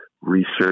research